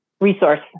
resource